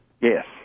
Yes